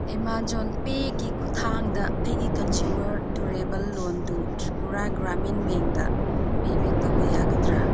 Amazon ꯄꯦꯒꯤ ꯈꯨꯠꯊꯥꯡꯗ ꯑꯩꯒꯤ ꯀꯟꯖꯨꯃꯔ ꯗꯨꯔꯦꯕꯜ ꯂꯣꯟꯗꯨ ꯇ꯭ꯔꯤꯄꯨꯔꯥ ꯒ꯭ꯔꯥꯃꯤꯟ ꯕꯦꯛꯗ ꯄꯦ ꯕꯦꯛ ꯇꯧꯕ ꯌꯥꯒꯗ꯭ꯔꯥ